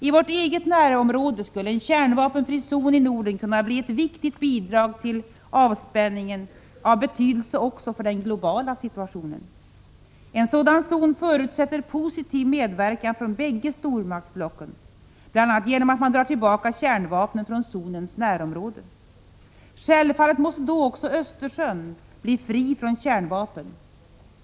I vårt eget närområde skulle en kärnvapenfri zon i Norden kunna bli ett viktigt bidrag till avspänningen, av betydelse också för den globala situationen. En sådan zon förutsätter positiv medverkan från bägge stormaktsblocken, bl.a. genom att man drar tillbaka kärnvapnen från zonens närområde. Självfallet måste då också Östersjön bli fri från kärnvapen.